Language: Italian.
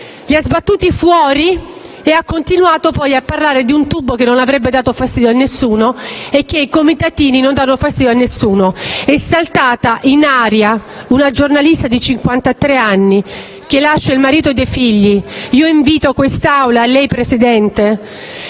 li ha sbattuti fuori e ha continuato a parlare di un tubo che non avrebbe dato fastidio a nessuno, dicendo anche che i comitatini non danno fastidio a nessuno. È saltata in aria una giornalista di cinquantatré anni che lascia il marito e dei figli. Io invito quest'Assemblea e lei, Presidente,